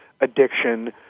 addiction